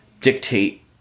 dictate